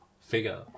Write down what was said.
figure